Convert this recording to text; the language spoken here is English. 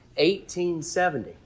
1870